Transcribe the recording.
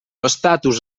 estatus